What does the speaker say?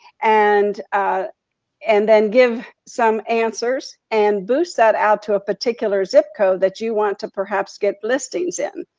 and ah and then give some answers, and boost that out to a particular zip code that you want to perhaps get listings in.